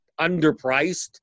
underpriced